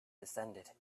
descended